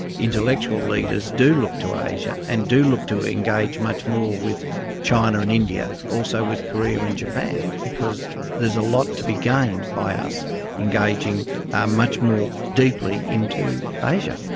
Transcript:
intellectual leaders do look to asia and do look to engage much more with china and india, also with korea and japan, because there's a lot to be gained by us engaging ah much more deeply into asia.